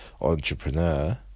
entrepreneur